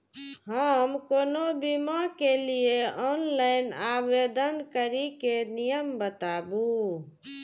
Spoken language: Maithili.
हम कोनो बीमा के लिए ऑनलाइन आवेदन करीके नियम बाताबू?